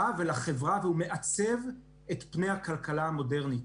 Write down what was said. והוא מעצב את פני הכלכלה המודרנית.